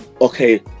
okay